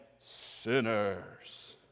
sinners